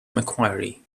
macquarie